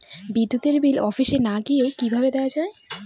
বিদ্যুতের বিল অফিসে না গিয়েও কিভাবে দেওয়া য়ায়?